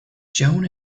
joan